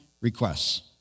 requests